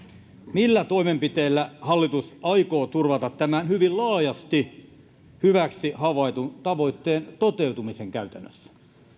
millä toimenpiteillä hallitus aikoo turvata tämän hyvin laajasti hyväksi havaitun tavoitteen toteutumisen käytännössä